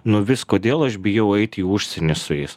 nu vis kodėl aš bijau eit į užsienį su jais